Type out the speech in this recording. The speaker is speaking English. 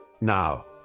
Now